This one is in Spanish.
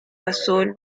azul